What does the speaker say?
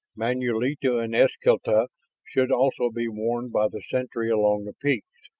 manulito and eskelta should also be warned by the sentry along the peaks,